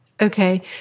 Okay